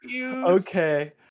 Okay